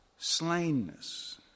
slainness